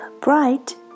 bright